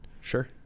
Sure